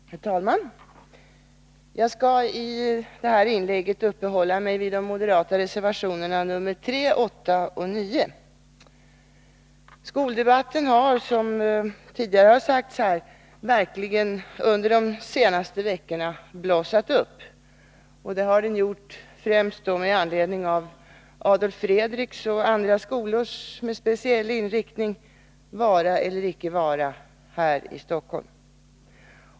Herr talman! Jag skall i mitt inlägg uppehålla mig vid de moderata reservationerna nr 3, 8 och 9. Skoldebatten har, som tidigare har sagts här, under de senaste veckorna verkligen blossat upp, främst med anledning av Adolf Fredriks och andra skolors med speciell inriktning vara eller icke vara i Stockholm.